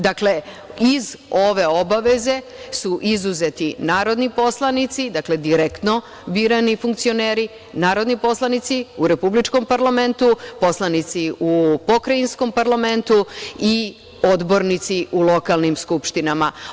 Dakle, iz ove obaveze su izuzeti narodni poslanici, dakle direktno birani funkcioneri, narodni poslanici u republičkom parlamentu, poslanici u pokrajinskom parlamentu i odbornici u lokalnim skupštinama.